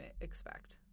expect